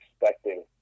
expecting